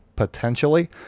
potentially